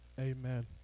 Amen